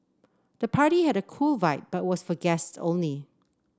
the party had a cool vibe but was for guests only